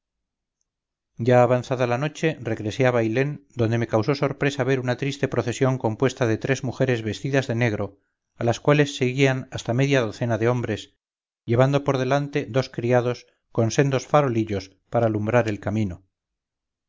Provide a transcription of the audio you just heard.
ya avanzada la noche regresé a bailén donde me causó sorpresa ver una triste procesión compuesta de tres mujeres vestidas de negro a las cuales seguían hasta media docena de hombres llevando por delante dos criados con sendos farolillos para alumbrar el camino